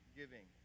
giving